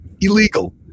Illegal